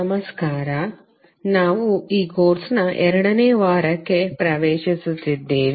ನಮಸ್ಕರ ನಾವು ಈ ಕೋರ್ಸ್ನ ಎರಡನೇ ವಾರಕ್ಕೆ ಪ್ರವೇಶಿಸುತ್ತಿದ್ದೇವೆ